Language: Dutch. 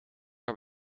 heb